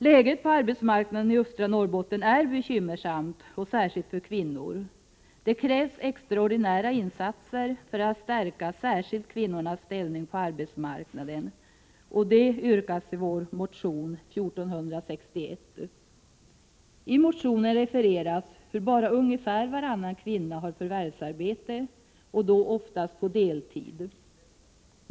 Läget på arbetsmarknaden i östra Norrbotten är bekymmersamt, särskilt för kvinnor. Det krävs extraordinära insatser framför allt för att stärka kvinnornas ställning på arbetsmarknaden, som vi yrkar i motion 1461. I motionen refereras hur bara ungefär varannan kvinna har förvärvsarbete, och då oftast på deltid.